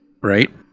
Right